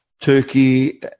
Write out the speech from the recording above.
Turkey